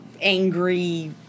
angry